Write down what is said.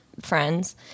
friends